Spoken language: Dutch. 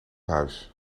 huis